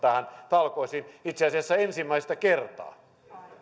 talkoisiin itse asiassa ensimmäistä kertaa